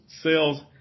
sales